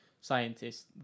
scientists